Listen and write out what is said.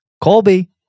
Colby